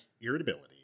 irritability